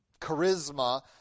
charisma